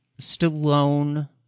Stallone